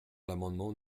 l’amendement